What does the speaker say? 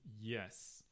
Yes